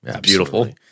Beautiful